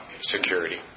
security